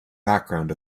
background